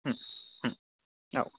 औ